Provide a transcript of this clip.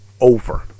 over